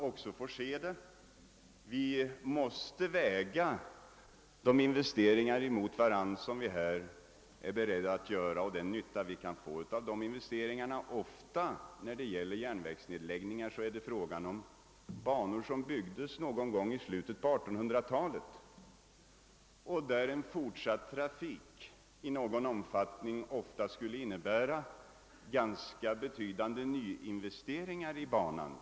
Vi måste mot varandra väga de investeringar som vi här är beredda att göra och den nytta vi kan få av dem. När det gäller järnvägsnedläggningar är det ofta fråga om banor som byggdes någon gång i slutet på 1800-talet och på vilka en fortsatt trafik på längre sikt ofta skulle innebära ganska betydande nyinvesteringar.